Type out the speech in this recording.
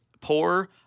poor